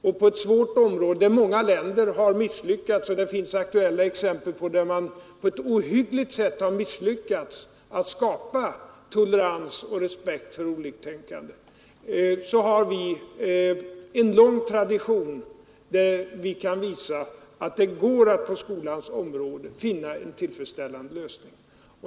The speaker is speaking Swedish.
Och på ett svårt område där många länder misslyckats — det finns aktuella exempel på att man på ett ohyggligt sätt misslyckats att skapa tolerans och respekt för oliktänkande — har vi en lång tradition som kan visa att det går att på skolans område finna en tillfredsställande lösning.